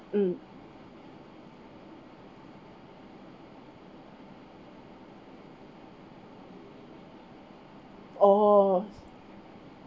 mm oh